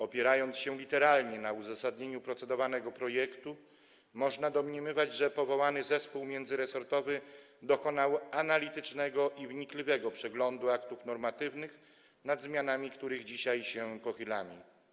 Opierając się literalnie na uzasadnieniu procedowanego projektu, można domniemywać, że powołany zespół międzyresortowy dokonał analitycznego i wnikliwego przeglądu aktów normatywnych, nad których zmianami dzisiaj się pochylamy.